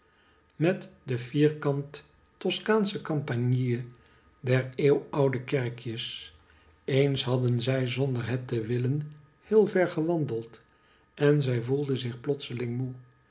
met de vierkant toskaansche campanile der eeuwoude kerkjes eens hadden zij zonder het te willen heel ver gewandeld en zij voelde zich plotseling moe